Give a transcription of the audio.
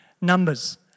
Numbers